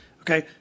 Okay